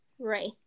Right